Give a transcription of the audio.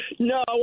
no